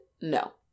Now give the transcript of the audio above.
No